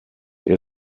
ihr